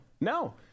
no